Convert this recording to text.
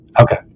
Okay